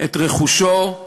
את רכושו.